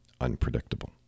unpredictable